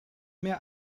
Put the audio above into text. mehr